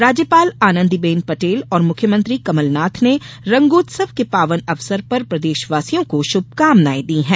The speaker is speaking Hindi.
राज्यपाल आनंदीबेन पटेल और मुख्यमंत्री कमलनाथ ने रंगोत्सव के पावन अवसर पर प्रदेशवासियों को शुभकामनाएं दी हैं